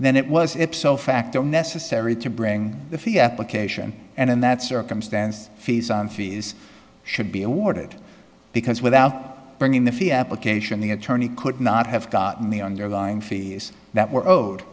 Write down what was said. then it was ipso facto necessary to bring the fee application and in that circumstance fees and fees should be awarded because without bringing the fee application the attorney could not have gotten the underlying fees that were owed